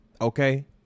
okay